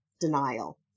denial